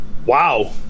wow